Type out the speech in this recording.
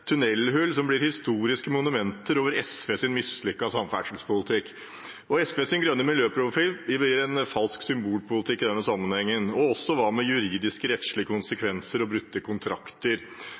tunellhull, som blir historiske monumenter over SVs mislykkede samferdselspolitikk. SVs grønne miljøprofil blir en falsk symbolpolitikk i denne sammenhengen. Og hva med juridiske og rettslige konsekvenser og brutte kontrakter?